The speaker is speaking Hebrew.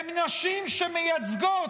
הן נשים שמייצגות